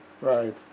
Right